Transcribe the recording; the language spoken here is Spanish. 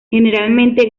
generalmente